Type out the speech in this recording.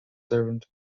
servant